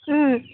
उम्म